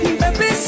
baby